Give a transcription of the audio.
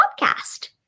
podcast